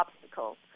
obstacles